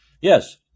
Yes